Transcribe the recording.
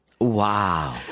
Wow